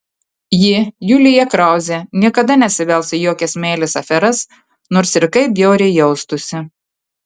ji julija krauzė niekada nesivels į jokias meilės aferas nors ir kaip bjauriai jaustųsi